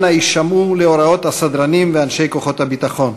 אנא, הישמעו להוראות הסדרנים ואנשי כוחות הביטחון.